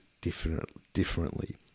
differently